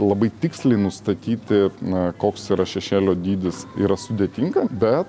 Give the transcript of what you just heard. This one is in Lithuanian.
labai tiksliai nustatyti na koks yra šešėlio dydis yra sudėtinga bet